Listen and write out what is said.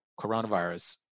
coronavirus